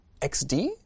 XD